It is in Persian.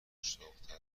مشتاقتر